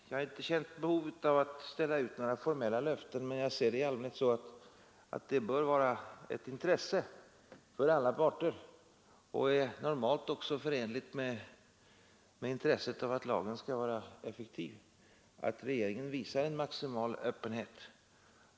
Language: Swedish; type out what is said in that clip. Jag har inte känt behov av att ställa ut några formella löften men ser det allmänt så att det bör vara ett intresse för alla parter och normalt också förenligt med intresset av att lagen skall vara effektiv att regeringen visar en maximal öppenhet.